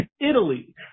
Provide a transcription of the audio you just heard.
Italy